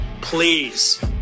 Please